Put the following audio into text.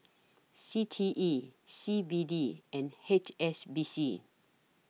C T E C B D and H S B C